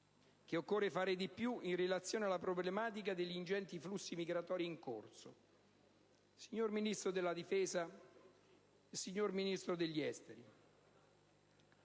che occorre fare di più in relazione alla problematica degli ingenti flussi migratori in corso. Signor Ministro della difesa, signor Ministro degli affari